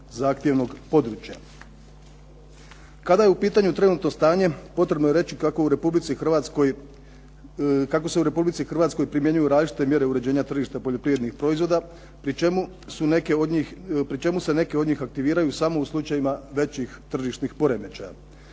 zahtjevnog područja. Kada je u pitanju trenutno stanje potrebno je reći kako se u Republici Hrvatskoj primjenjuju različite mjere uređenja tržišta poljoprivrednih proizvoda pri čemu se neke od njih aktiviraju samo u slučajevima većih tržišnih poremećaja.